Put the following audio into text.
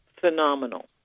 phenomenal